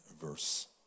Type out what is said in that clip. verse